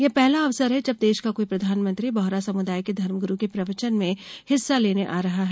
यह पहला अवसर है जब देश का कोई प्रधानमंत्री बोहरा समुदाय के धर्मगुरू के प्रवचन में हिस्सा लेने आ रहा है